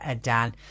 Dan